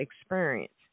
experience